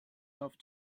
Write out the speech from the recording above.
love